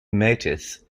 mathis